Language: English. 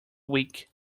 week